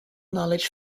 knowledge